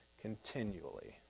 continually